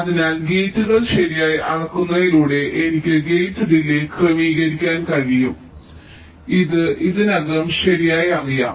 അതിനാൽ ഗേറ്റുകൾ ശരിയായി അളക്കുന്നതിലൂടെ എനിക്ക് ഗേറ്റ് ഡിലേയ് ക്രമീകരിക്കാൻ കഴിയും ഇത് ഇതിനകം ശരിയായി അറിയാം